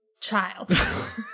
child